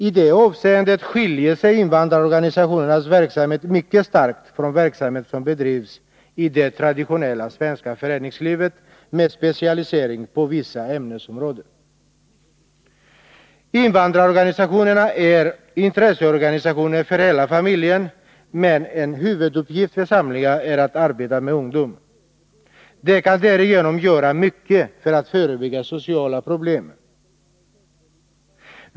I det avseendet skiljer sig invandrarorganisationernas verksamhet mycket starkt från verksamhet som bedrivs i det traditionella svenska föreningslivet, med specialisering på vissa ämnesområden. Invandrarorganisationerna är intresseorganisationer för hela familjen, men en huvuduppgift för samtliga är att arbeta med ungdom. De kan därigenom göra mycket för att förebygga sociala problem.